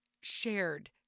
shared